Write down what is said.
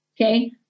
Okay